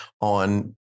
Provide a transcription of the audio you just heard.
on